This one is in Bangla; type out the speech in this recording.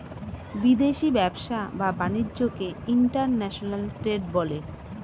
বিদেশি ব্যবসা বা বাণিজ্যকে ইন্টারন্যাশনাল ট্রেড বলে